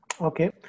Okay